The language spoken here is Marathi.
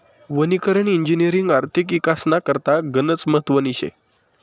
वनीकरण इजिनिअरिंगनी आर्थिक इकासना करता गनच महत्वनी शे